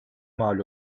mal